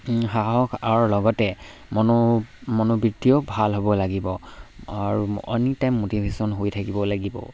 সাহসৰ লগতে মনো মনোবৃত্তিও ভাল হ'ব লাগিব আৰু এনি টাইম ম'টিভেশ্যন হৈ থাকিব লাগিব